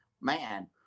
man